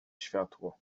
światło